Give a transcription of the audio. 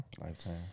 lifetime